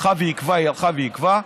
הלכה ועיכבה והלכה ועיכבה,